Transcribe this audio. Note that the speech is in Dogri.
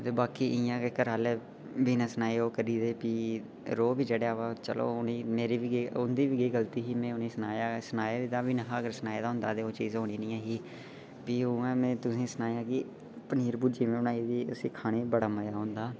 ते बाकी इ'यां गै घरैआह्लें जेह्का सनाया रोह् बी चढ़ेआ उ'नेंगी मेरी बी केह् गल्ती ही में उ'नेंगी सनाए दा नेहा सनाए दा होंदा ते फ्ही ओह् चीज होनी गै नेई ही में तु'सेंगी सनाया कि पनीर दी भुर्जी में बनाई ही उसी खाने दा बड़ा मजा औंदा